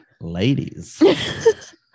ladies